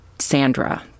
Sandra